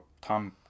Tom